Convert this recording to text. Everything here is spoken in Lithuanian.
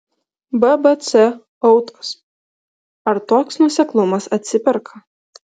bbc autos ar toks nuoseklumas atsiperka